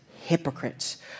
hypocrites